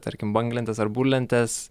tarkim banglentės ar burlentės